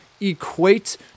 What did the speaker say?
equate